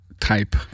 type